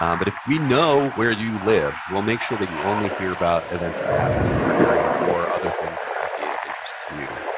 um but if we know where you live, we'll make sure that you only hear about events that are happening in your area, or other things that might be of interest to you.